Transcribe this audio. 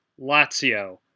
Lazio